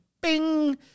bing